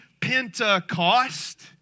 Pentecost